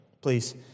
Please